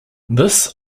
this